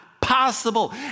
possible